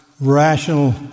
rational